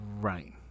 Right